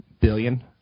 billion